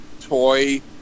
toy